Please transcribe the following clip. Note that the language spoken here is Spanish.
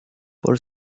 por